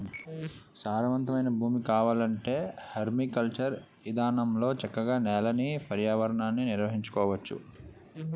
సారవంతమైన భూమి కావాలంటే పెర్మాకల్చర్ ఇదానంలో చక్కగా నేలని, పర్యావరణాన్ని నిర్వహించుకోవచ్చు